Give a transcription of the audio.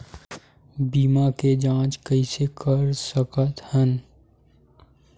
बीमा के जांच कइसे कर सकत हन?